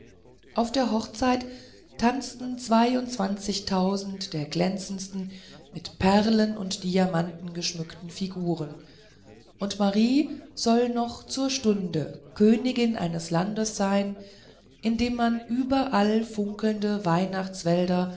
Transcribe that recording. auf der hochzeit tanzten zweiundzwanzigtausend der glänzendsten mit perlen und diamanten geschmückten figuren und marie soll noch zur stunde königin eines landes sein in dem man überall funkelnde